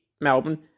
Melbourne